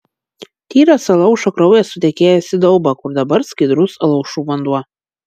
tyras alaušo kraujas sutekėjęs į daubą kur dabar skaidrus alaušų vanduo